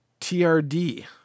TRD